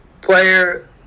player